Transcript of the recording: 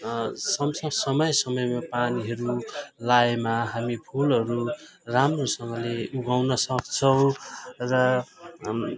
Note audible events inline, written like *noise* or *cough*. *unintelligible* सम् स समय समयमा पानीहरू लाएमा हामी फुलहरू राम्रोसँगले उगाउन सक्छौँ र